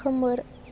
खोमोर